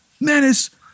menace